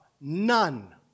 none